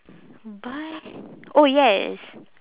buy oh yes